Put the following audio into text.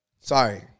Sorry